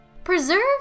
Preserve